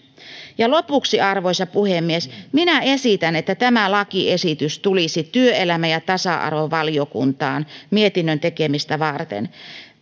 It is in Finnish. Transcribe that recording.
ja lopuksi arvoisa puhemies minä esitän että tämä lakiesitys tulisi työelämä ja tasa arvovaliokuntaan mietinnön tekemistä varten